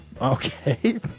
Okay